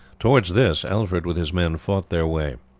towards this alfred with his men fought their way.